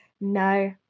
no